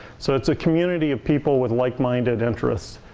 so it's a community of people with like-minded interests.